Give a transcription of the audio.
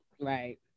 Right